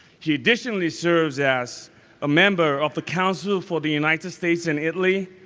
he additionally serves as a member of the council for the united states in italy,